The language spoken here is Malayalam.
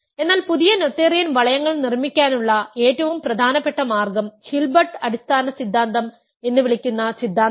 എന്നാൽ പുതിയ നോതേറിയൻ വളയങ്ങൾ നിർമ്മിക്കാനുള്ള ഏറ്റവും പ്രധാനപ്പെട്ട മാർഗം ഹിൽബർട്ട് അടിസ്ഥാന സിദ്ധാന്തം എന്നു വിളിക്കുന്ന സിദ്ധാന്തമാണ്